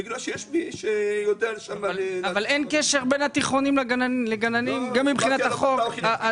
אבל אין קשר בין התיכונים לגנים, גם מבחינת החוק.